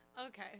okay